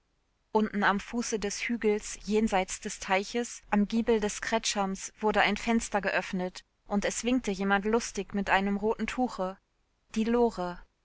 unten am fuße des hügels jenseits des teiches am giebel des kretschams wurde ein fenster geöffnet und es winkte jemand lustig mit einem roten tuche die lore